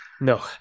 No